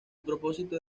propósito